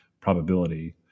probability